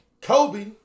Kobe